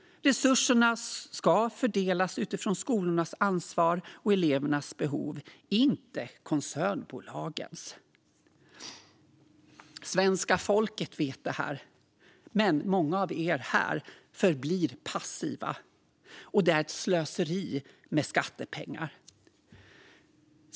Resurserna ska fördelas utifrån skolornas ansvar och elevernas behov, inte koncernbolagens. Svenska folket vet detta, men många av er här förblir passiva. Det här är ett slöseri med skattepengar.